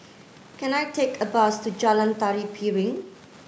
can I take a bus to Jalan Tari Piring